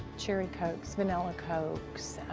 cherry cokes, vanilla cokes.